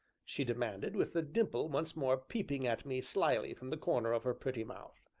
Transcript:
she demanded, with the dimple once more peeping at me slyly from the corner of her pretty mouth.